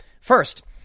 first